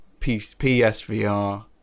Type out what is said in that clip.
PSVR